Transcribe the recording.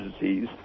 disease